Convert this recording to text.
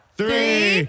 three